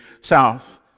south